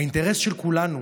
האינטרס של כולנו